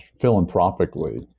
philanthropically